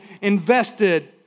invested